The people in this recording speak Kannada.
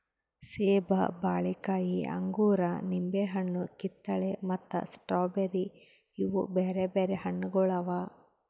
ಸೇಬ, ಬಾಳೆಕಾಯಿ, ಅಂಗೂರ, ನಿಂಬೆ ಹಣ್ಣು, ಕಿತ್ತಳೆ ಮತ್ತ ಸ್ಟ್ರಾಬೇರಿ ಇವು ಬ್ಯಾರೆ ಬ್ಯಾರೆ ಹಣ್ಣುಗೊಳ್ ಅವಾ